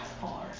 Four